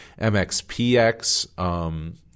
MXPX